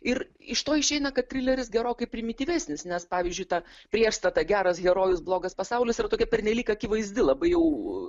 ir iš to išeina kad trileris gerokai primityvesnis nes pavyzdžiui ta priešstata geras herojus blogas pasaulis yra tokia pernelyg akivaizdi labai jau